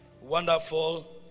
Wonderful